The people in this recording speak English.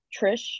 Trish